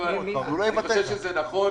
כפי שענת אמרה,